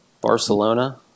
Barcelona